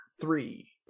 three